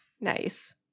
Nice